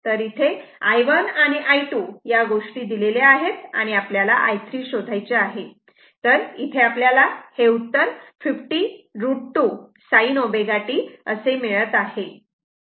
तर इथे i1 आणि i2 या गोष्टी दिलेल्या आहेत आणि आपल्याला i3 शोधायचे आहे तर इथे आपल्याला उत्तर 50 √ 2 sin ω t असे मिळत आहे